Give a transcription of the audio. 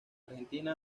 argentina